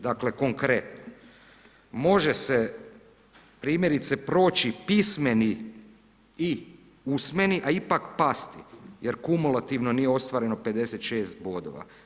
Dakle konkretno, može se primjeri proći pismeni i usmeni, a ipak pasti jer kumulativno nije ostvareno 56 bodova.